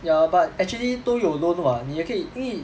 ya but actually 都有 loan [what] 你也可以因为